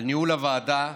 על ניהול הוועדה.